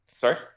Sorry